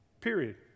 Period